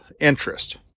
interest